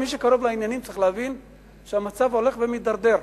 מי שקרוב לעניינים צריך להבין שהמצב הולך ומתדרדר,